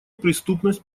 преступность